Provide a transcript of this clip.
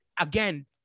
again